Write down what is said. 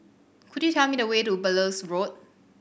could you tell me the way to Belilios Road